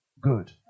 Good